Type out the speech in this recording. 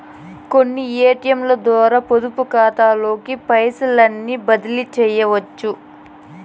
కొన్ని ఏటియంలద్వారా పొదుపుకాతాలోకి పైసల్ని బదిలీసెయ్యొచ్చు